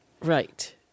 Right